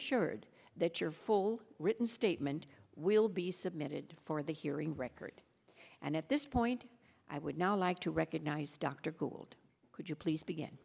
via sured that your full written statement will be submitted for the hearing record and at this point i would now like to recognize dr gould could you please begin